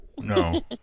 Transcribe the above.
No